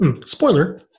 spoiler